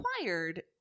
acquired